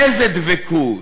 איזו דבקות.